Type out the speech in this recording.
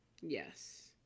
Yes